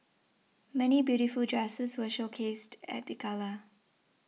many beautiful dresses were showcased at the gala